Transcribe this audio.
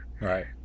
Right